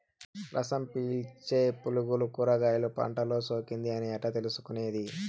రసం పీల్చే పులుగులు కూరగాయలు పంటలో సోకింది అని ఎట్లా తెలుసుకునేది?